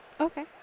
Okay